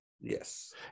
Yes